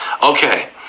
Okay